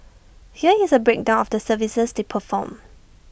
here is A breakdown of the services they perform